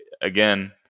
again